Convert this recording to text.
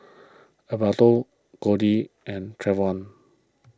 Alberto Cody and Trevon